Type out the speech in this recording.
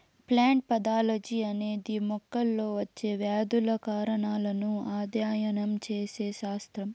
plant pathology అనేది మొక్కల్లో వచ్చే వ్యాధుల కారణాలను అధ్యయనం చేసే శాస్త్రం